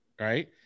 right